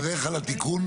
אתה מברך על התיקון?